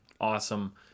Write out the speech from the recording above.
awesome